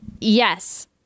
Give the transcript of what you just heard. yes